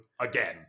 again